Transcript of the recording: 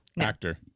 actor